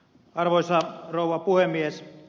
arvoisa rouva puhemies